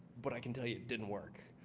but i can tell you it didn't work.